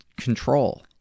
control